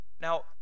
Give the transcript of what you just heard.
Now